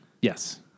Yes